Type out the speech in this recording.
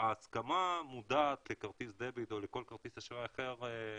הסכמה מודעת לכרטיס דביט או לכל כרטיס אשראי אחר,